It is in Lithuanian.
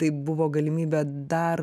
tai buvo galimybė dar